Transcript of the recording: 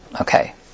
okay